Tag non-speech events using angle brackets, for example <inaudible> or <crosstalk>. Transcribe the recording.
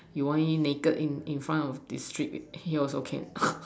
you want him naked in front of the street he also can <noise>